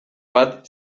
bat